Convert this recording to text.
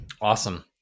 Awesome